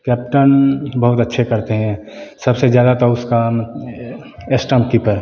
captain बहुत अच्छे करते हैं सबसे ज़्यादा तो उसका यह स्टंप कीपर